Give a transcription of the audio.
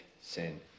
sin